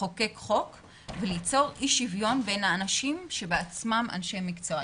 לחוקק חוק וליצור אי-שוויון בין האנשים שהם עצמם אנשי מקצוע.